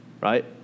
right